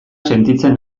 sentitzen